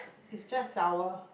is just sour